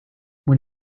when